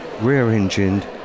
Rear-engined